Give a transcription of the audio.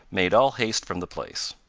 made all haste from the place.